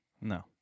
No